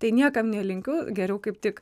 tai niekam nelinkiu geriau kaip tik